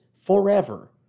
forever